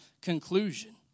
conclusion